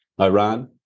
Iran